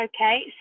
Okay